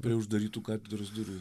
prie uždarytų katedros durų